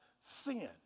sin